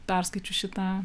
perskaičius šitą